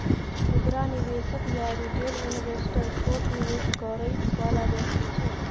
खुदरा निवेशक या रिटेल इन्वेस्टर छोट निवेश करइ वाला व्यक्ति छै